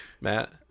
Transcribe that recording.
matt